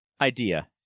Idea